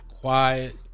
quiet